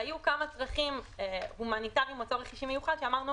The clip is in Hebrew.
והיו כמה צרכים הומניטריים או צורך אישור מיוחד שאמרנו: